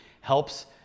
helps